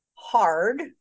hard